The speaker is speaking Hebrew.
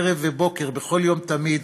ערב ובוקר בכל יום תמיד,